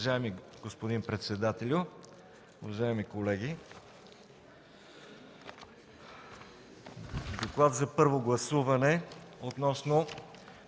Уважаеми господин председател, уважаеми колеги! „ДОКЛАД за първо гласуване относно